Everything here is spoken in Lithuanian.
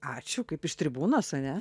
ačiū kaip iš tribūnos ane